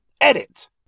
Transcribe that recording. edit